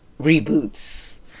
reboots